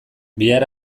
bihar